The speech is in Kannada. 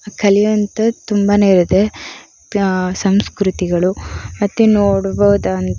ಕಲಿಯುವಂಥದ್ದು ತುಂಬಾನೇ ಇರುತ್ತೆ ಪ ಸಂಸ್ಕೃತಿಗಳು ಮತ್ತು ನೋಡುಬೋದಾ